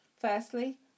Firstly